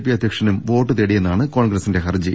P അധ്യ ക്ഷനും vote തേടിയെന്നാണ് കോൺഗ്രസിന്റെ ഹർജി